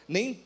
Nem